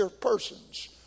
persons